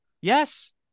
Yes